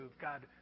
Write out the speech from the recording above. God